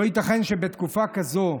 לא ייתכן שבתקופה כזאת,